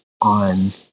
on